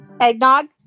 Eggnog